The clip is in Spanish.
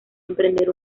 emprender